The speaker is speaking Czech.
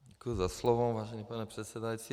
Děkuji za slovo, vážený pane předsedající.